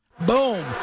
Boom